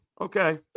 Okay